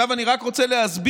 עכשיו אני רק רוצה להסביר.